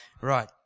Right